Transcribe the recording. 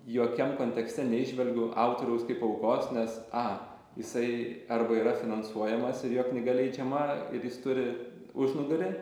jokiam kontekste neįžvelgiu autoriaus kaip aukos nes a jisai arba yra finansuojamas ir jo knyga leidžiama ir jis turi užnugarį